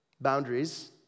Boundaries